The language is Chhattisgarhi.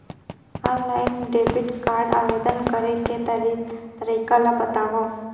ऑनलाइन डेबिट कारड आवेदन करे के तरीका ल बतावव?